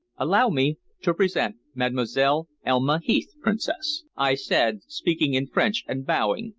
allow me to present mademoiselle elma heath, princess, i said, speaking in french and bowing,